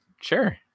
sure